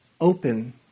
open